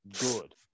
good